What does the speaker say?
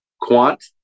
quant